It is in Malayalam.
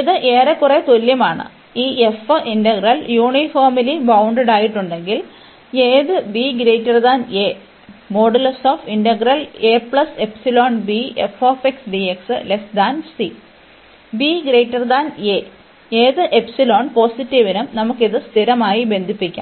ഇത് ഏറെക്കുറെ തുല്യമാണ് ഈ f ഇന്റഗ്രൽ യൂണിഫോംലി ബൌണ്ടഡ്ഡായിട്ടുണ്ടെങ്കിൽ ഏത് b a ഏത് എപ്സിലോൺ പോസിറ്റീവിനും നമുക്ക് ഇത് സ്ഥിരമായി ബന്ധിപ്പിക്കാം